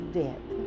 death